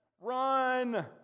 Run